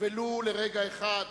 ולו לרגע אחד.